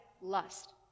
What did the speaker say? lust